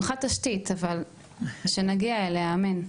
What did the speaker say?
הונחה תשתית, אבל שנגיע אליה, אמן.